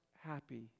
happy